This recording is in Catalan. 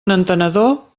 entenedor